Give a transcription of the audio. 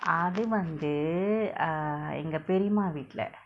அதுவந்து:athuvanthu err எங்க பெரியம்மா வீட்ல:engka periyammaa viitla